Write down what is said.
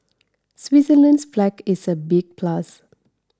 Switzerland's flag is a big plus